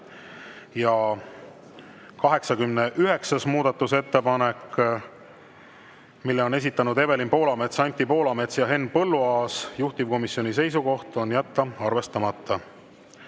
72. muudatusettepanek, mille on esitanud Evelin Poolamets, Anti Poolamets ja Henn Põlluaas. Juhtivkomisjoni seisukoht: jätta arvestamata.